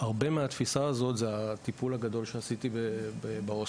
הרבה מהתפיסה הזאת זה הטיפול הגדול שעשיתי בהוסטל.